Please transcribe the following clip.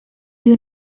you